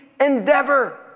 endeavor